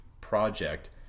project